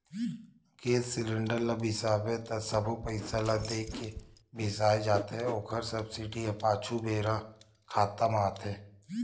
गेस cylinder ल बिसाबे त सबो पइसा ल दे के बिसाए जाथे ओखर सब्सिडी ह पाछू बेरा खाता म आथे